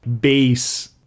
base